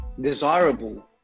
desirable